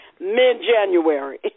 mid-January